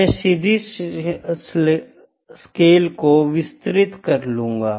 मैं क्षितिज स्केल को विस्तृत कर लूंगा